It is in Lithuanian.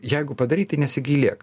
jeigu padarei tai nesigailėk